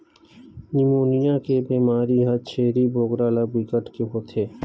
pneumonia के बेमारी ह छेरी बोकरा ल बिकट के होथे